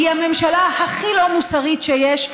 היא הממשלה הכי לא מוסרית שיש,